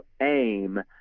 aim